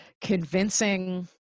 convincing